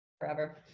forever